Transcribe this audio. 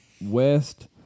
West